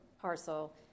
parcel